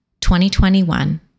2021